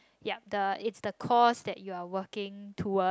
yup it's the cause that you are working towards